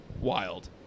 wild